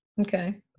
okay